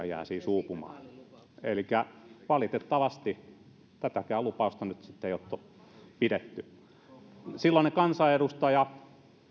jää siis uupumaan elikkä valitettavasti tätäkään lupausta ei ole pidetty silloinen kansanedustaja